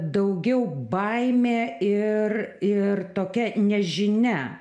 daugiau baimė ir ir tokia nežinia